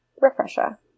refresher